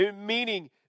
Meaning